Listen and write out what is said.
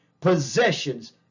possessions